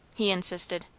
he insisted.